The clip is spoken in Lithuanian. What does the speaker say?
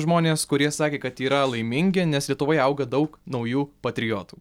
žmonės kurie sakė kad yra laimingi nes lietuvoj auga daug naujų patriotų